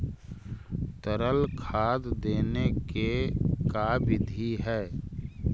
तरल खाद देने के का बिधि है?